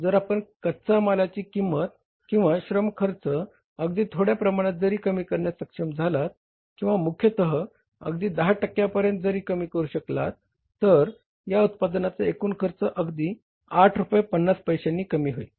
जर आपण कच्चा मालाची किंमत किंवा श्रम खर्च अगदी थोड्या प्रमाणात जरी कमी करण्यास सक्षम झालात किंवा मुखतः अगदी 10 टक्क्या पर्यंत जरी कमी करू शकलात तर या उत्पादनाचा एकूण खर्च अगदी 8 रुपये 50 पैश्यांनी कमी होईल